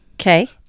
Okay